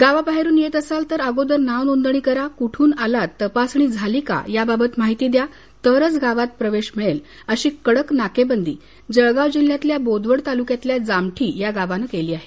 गावाबाहेरून येत असाल तर अगोदर नाव नोंदणी करा कुठून आलात तपासणी झाली का याबाबत माहिती द्या तरंच गावात प्रवेश मिळेल अशी कडक नाकेबंदी जळगाव जिल्हयातल्या बोदवड तालुक्यातल्या जामठी या गावांनं केली आहे